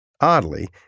Oddly